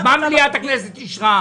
אז מה מליאת הכנסת אישרה?